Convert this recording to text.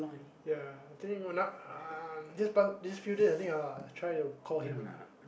ya this few days I think I will try to call him lah